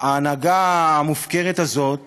שההנהגה המופקרת הזאת